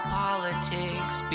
politics